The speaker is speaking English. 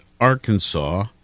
Arkansas